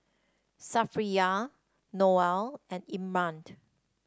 Safiya Noah and